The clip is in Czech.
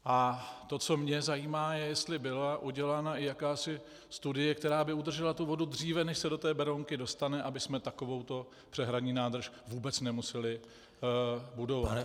A to, co mě zajímá, je, jestli byla udělána i jakási studie, která by udržela tu vodu dříve, než se do té Berounky dostane, abychom takovouto přehradní nádrž vůbec nemuseli budovat.